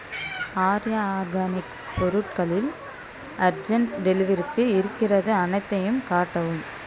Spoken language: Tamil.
ஆர்யா ஆர்கானிக் பொருட்களின் அர்ஜெண்ட் டெலிவரிக்கு இருக்கிறது அனைத்தையும் காட்டவும்